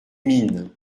mines